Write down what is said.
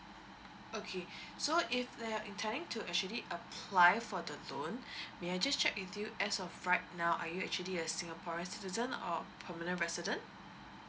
okay so if they're intending to actually apply for the loan may I just check with you as of right now are you actually a singaporean citizen or permanent resident